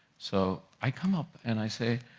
so i come up, and i say,